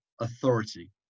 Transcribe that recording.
authority